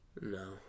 No